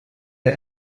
der